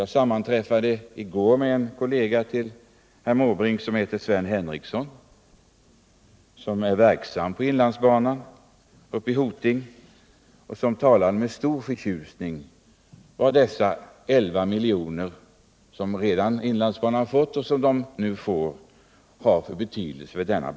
Jag sammanträffade i går med en kollega till herr Måbrink som heter Sven Henricsson och som är verksam på inlandsbanan uppe i Hoting. Han talade med stor förtjusning om vad dessa 10 miljoner som inlandsbanan fått och får har för betydelse för banan.